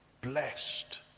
blessed